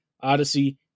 Odyssey